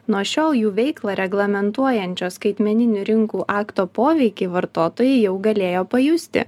nuo šiol jų veiklą reglamentuojančios skaitmeninių rinkų akto poveikį vartotojai jau galėjo pajusti